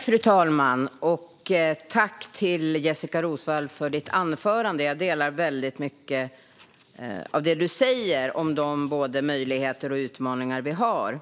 Fru talman! Tack till Jessika Roswall för hennes anförande! Jag håller med om väldigt mycket av det hon sa om de möjligheter och utmaningar vi har.